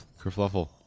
kerfluffle